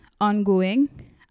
ongoing